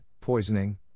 poisoning